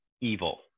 evil